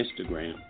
Instagram